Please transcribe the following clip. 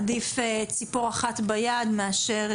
עדיף ציפור אחת ביד מאשר